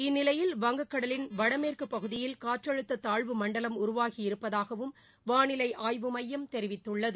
இந்நிலையில் வங்கக்கடலின் வடமேற்குப் பகுதியில் காற்றழுத்த தாழ்வு மண்டலம் உருவாகியிருப்பதாகவும் வானிலை ஆய்வு மையம் தெரிவித்துள்ளது